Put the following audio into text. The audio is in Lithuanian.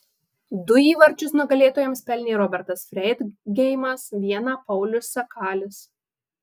du įvarčius nugalėtojams pelnė robertas freidgeimas vieną paulius sakalis